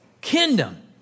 Kingdom